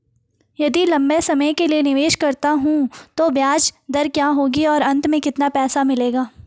यदि लंबे समय के लिए निवेश करता हूँ तो ब्याज दर क्या होगी और अंत में कितना पैसा मिलेगा?